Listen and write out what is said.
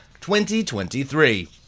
2023